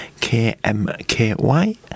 KMKY